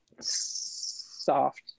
soft